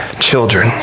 children